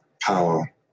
power